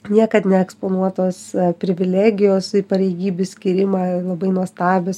niekad neeksponuotos privilegijos į pareigybės kėlimą labai nuostabios